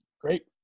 Great